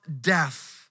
death